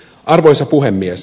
arvoisa puhemies